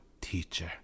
teacher